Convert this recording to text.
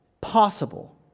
possible